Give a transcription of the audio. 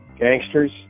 gangsters